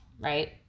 Right